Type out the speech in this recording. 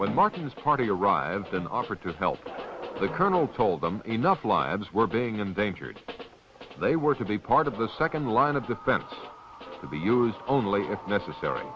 when markings party arrives an offer to help the colonel told them enough lives were being endangered they were simply part of the second line of defense to be used only if necessary